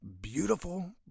beautiful